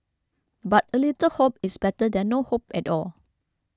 but a little hope is better than no hope at all